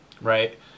right